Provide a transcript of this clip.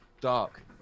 dark